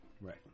Right